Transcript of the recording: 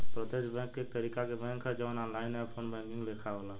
प्रत्यक्ष बैंक एक तरीका के बैंक ह जवन ऑनलाइन या फ़ोन बैंकिंग लेखा होला